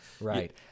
Right